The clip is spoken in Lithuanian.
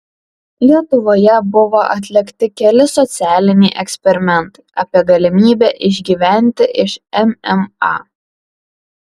lietuvoje buvo atlikti keli socialiniai eksperimentai apie galimybę išgyventi iš mma